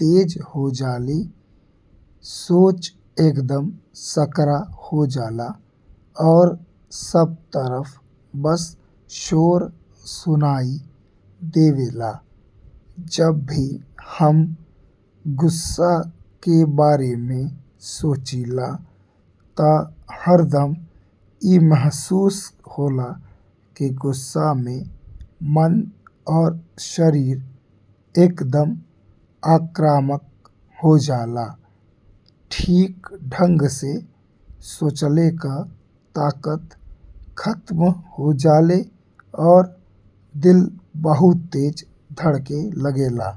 तेज हो जाली सोच एकदम सकरा हो जाली। और सब तरफ बस शोर सुनाई देवे ला जब भी हम गुस्सा के बारे में सोचीला ता हुरदुम ई महसूस होला कि गुस्सा में मन और शरीर एकदम आक्रामक हो जाला। ठीक ढंग से सोचले का ताकत खत्म हो जाले और दिल बहुत तेज धड़के लागेला।